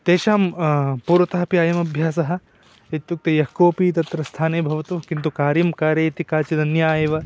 तेषां पूर्वतः अपि अयमभ्यासः इत्युक्ते यः कोपि तत्र स्थाने भवतु किन्तु कार्यं कारयति काचिदन्यम् एव